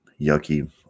yucky